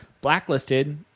Blacklisted